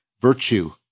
virtue